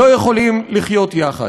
לא יכולים לחיות יחד.